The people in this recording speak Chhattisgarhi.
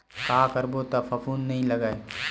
का करबो त फफूंद नहीं लगय?